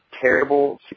terrible